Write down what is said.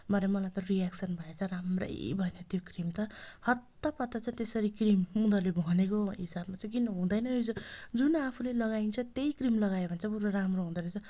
भरे मलाई त रियक्सन भएछ राम्रै भएन त्यो क्रिम त हत्तपत्त त्यसरी क्रिम उनीहरूले भनेको हिसाबमा चाहिँ किन्नु हुँदैन रहेछ जुन आफूले लगाइन्छ त्यही क्रिम लगायो भने चाहिँ बरु राम्रो हुँदा रहेछ